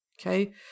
okay